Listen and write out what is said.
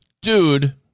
Dude